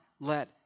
let